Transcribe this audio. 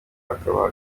akabaha